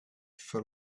for